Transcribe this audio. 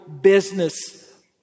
business